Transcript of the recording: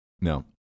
No